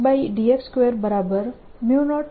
મારી પાસે 2Exx2002Ext2 છે